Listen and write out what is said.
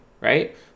right